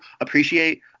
appreciate